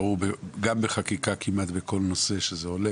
גם בחקיקה כמעט בכל נושא שזה עולה